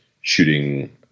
shooting